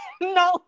no